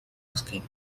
asking